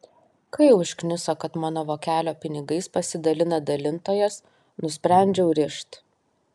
kai užkniso kad mano vokelio pinigais pasidalina dalintojas nusprendžiau rišt